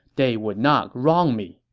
they would not wrong me,